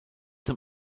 zum